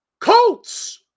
Colts